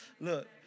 Look